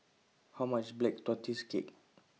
How much IS Black Tortoise Cake